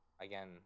Again